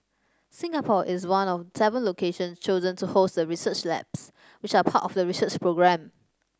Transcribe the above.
Singapore is one of seven locations chosen to host the research labs which are part of the research programme